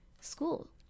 School